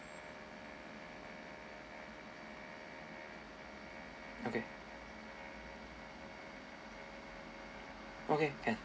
okay okay can